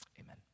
Amen